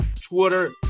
Twitter